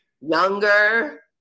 younger